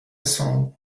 song